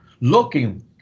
looking